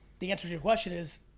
the answer to your question is,